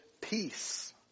peace